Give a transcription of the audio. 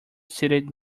seated